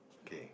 okay